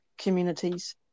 communities